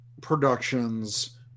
productions